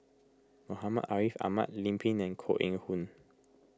Muhammad Ariff Ahmad Lim Pin and Koh Eng Hoon